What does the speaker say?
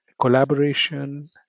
collaboration